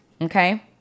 Okay